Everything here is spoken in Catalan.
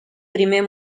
primer